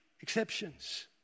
exceptions